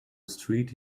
street